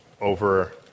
over